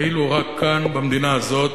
ואילו כאן, במדינה הזאת,